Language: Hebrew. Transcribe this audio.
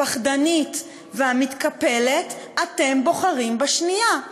הפחדנית והמתקפלת, אתם בוחרים בשנייה?